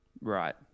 Right